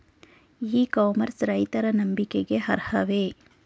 E commerce ರೈತರ ನಂಬಿಕೆಗೆ ಅರ್ಹವೇ?